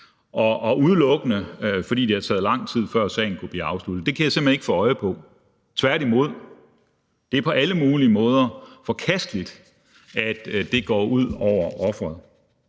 er udelukkende, fordi det har taget lang tid, før sagen kunne blive afsluttet. Det kan jeg simpelt hen ikke få øje på, tværtimod. Det er på alle mulige måder forkasteligt, at det går ud over offeret,